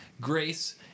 grace